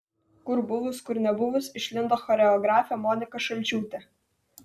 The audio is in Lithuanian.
kur buvus kur nebuvus išlindo choreografė monika šalčiūtė